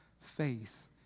faith